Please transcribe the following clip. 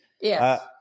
Yes